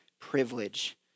privilege